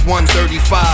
135